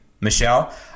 Michelle